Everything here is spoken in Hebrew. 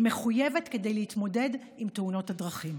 מחויבת כדי להתמודד עם תאונות הדרכים.